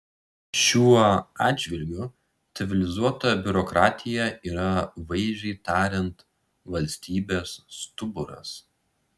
šiuo atžvilgiu civilizuota biurokratija yra vaizdžiai tariant valstybės stuburas